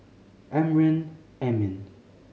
Amrin Amin